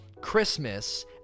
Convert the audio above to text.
Christmas